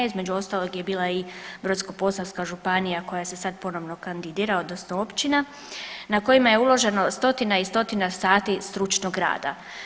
Između ostalog je bila i Brodsko-posavska županija koja se sad ponovno kandidira, odnosno općina na kojima je uloženo stotina i stotina sati stručnog rada.